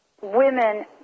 women